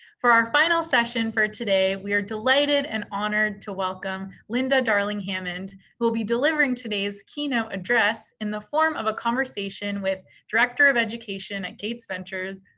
for our final session for today, we are delighted and honored to welcome linda darling-hammond, who will be delivering today's keynote address, in the form of a conversation with director of education at gates ventures,